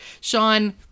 sean